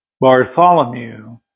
Bartholomew